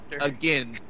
Again